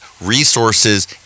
resources